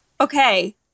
Okay